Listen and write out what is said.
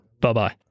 Bye-bye